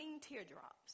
teardrops